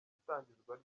itangizwa